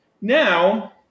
Now